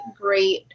great